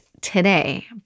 today